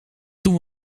toen